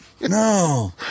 no